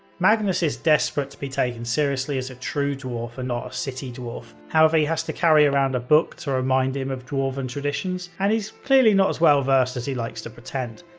magnus is desperate to be taken seriously as a true dwarf and not a city dwarf, however, he has to carry around a book to remind him of dwarven traditions and he's clearly not as well versed as he likes to pretend.